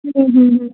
হুম হুম